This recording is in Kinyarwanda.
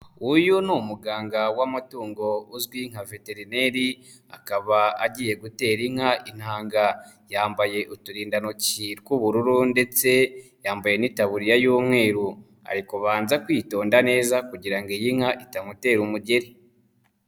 Uyu ni umuganga w'amatungo uzwi nka veterineri akaba agiye gutera inka intanga. Yambaye uturindantoki tw'ubururu ndetse yambaye n'itabuririya y'umweru. Arikobanza kwitonda neza kugira iyi nka itamutera umugeri.